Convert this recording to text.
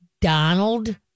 Donald